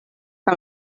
que